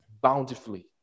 bountifully